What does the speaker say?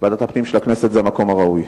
ועדת הפנים של הכנסת היא המקום הראוי.